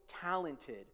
talented